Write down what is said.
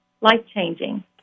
life-changing